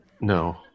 No